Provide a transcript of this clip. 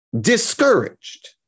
discouraged